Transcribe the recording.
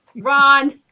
Ron